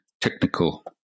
technical